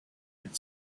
and